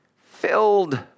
filled